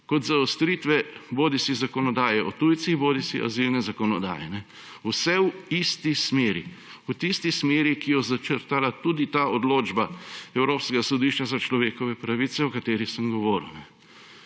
kot zaostritve bodisi zakonodaje o tujcih bodisi azilne zakonodaje. Vse v isti smeri, v tisti smeri, ki jo je začrtala tudi ta odločba Evropskega sodišča za človekove pravice, o kateri sem govoril.